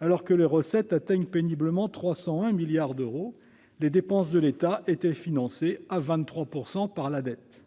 alors que les recettes atteignaient péniblement 301 milliards d'euros ; les dépenses de l'État étaient financées à hauteur de 23 % par la dette.